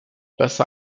besser